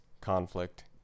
conflict